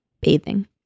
bathing